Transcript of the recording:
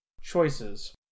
Choices